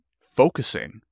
focusing